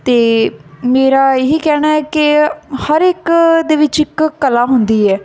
ਅਤੇ ਮੇਰਾ ਇਹ ਹੀ ਕਹਿਣਾ ਹੈ ਕਿ ਹਰ ਇੱਕ ਦੇ ਵਿੱਚ ਇੱਕ ਕਲਾ ਹੁੰਦੀ ਹੈ